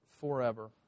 forever